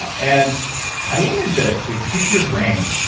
and i wanted to to pick your brain.